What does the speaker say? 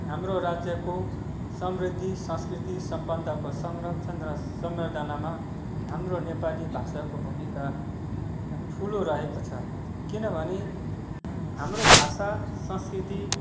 हाम्रो राज्यको समृद्धि संस्कृति सपन्दाको संरक्षण र सम्बर्दनामा हाम्रो नेपाली भाषाको भूमिका ठुलो रहेको छ किनभने हाम्रो भाषा संस्कृति